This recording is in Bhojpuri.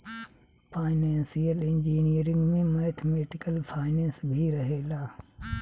फाइनेंसियल इंजीनियरिंग में मैथमेटिकल फाइनेंस भी रहेला